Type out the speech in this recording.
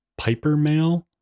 PiperMail